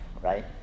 right